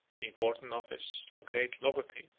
the important office of great logothete,